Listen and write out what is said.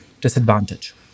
disadvantage